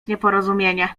nieporozumienie